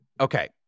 Okay